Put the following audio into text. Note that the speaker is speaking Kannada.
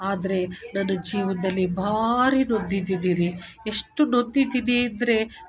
ಆದರೆ ನನ್ನ ಜೀವನ್ದಲ್ಲಿ ಭಾರಿ ನೊಂದಿದ್ದೀನಿ ರೀ ಎಷ್ಟು ನೊಂದಿದ್ದೀನಿ ಅಂದರೆ